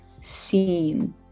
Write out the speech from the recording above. seen